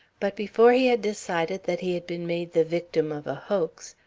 but before he had decided that he had been made the victim of a hoax,